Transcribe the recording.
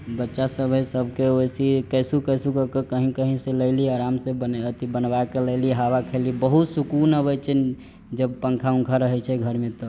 बच्चा सब है सबके ओइसही कैसहु कैसेहु कऽ क कही कही सँ लैली आराम सँ अथी बनबा क लैली हवा खैली बहुत सुकून अबै छै जब पन्खा ऊन्खा रहै छै घर मे तब